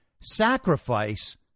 sacrifice